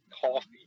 coffee